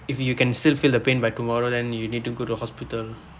if you can still feel the pain by tomorrow then you need to go to the hospital